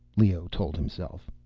leoh told himself.